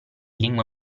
lingue